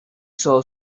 sow